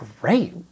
great